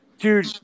Dude